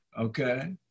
Okay